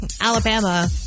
Alabama